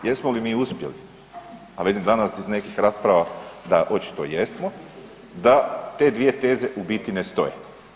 Jesmo li mi uspjeli a vidim danas iz nekih rasprava da očito jesmo, da te dvije teze u biti ne stoje.